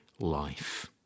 life